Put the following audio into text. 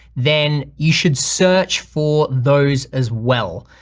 then you should search for those as well.